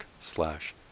slash